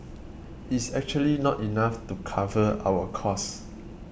is actually not enough to cover our cost